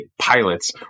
pilots